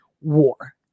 war